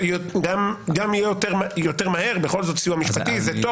זה גם יהיה יותר מהר בכל זאת סיוע משפטי זה טוב